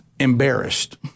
embarrassed